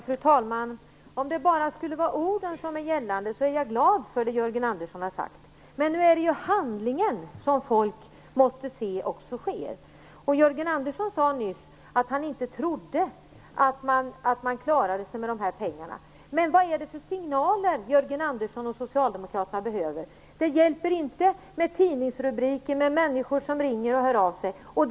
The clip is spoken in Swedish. Fru talman! Om det bara vore orden som skulle gälla, skulle jag vara glad över det som Jörgen Andersson har sagt, men människorna måste också få se att det sker något. Jörgen Andersson sade nyss att han inte trodde att man klarade sig med de här pengarna, men vad är det för signaler som Jörgen Andersson och Socialdemokraterna behöver? Det hjälper inte med tidningsrubriker och med människor som ringer och hör av sig på annat sätt.